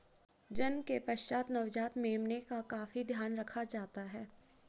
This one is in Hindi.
जन्म के पश्चात नवजात मेमने का काफी ध्यान रखा जाता है